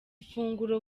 ifunguro